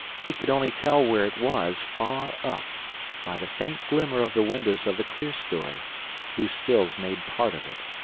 he could only tell where it was far up by the faint glimmer of the windows of the clerestory, whose sills made part of it.